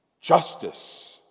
justice